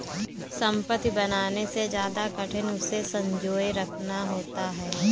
संपत्ति बनाने से ज्यादा कठिन उसे संजोए रखना होता है